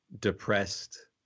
depressed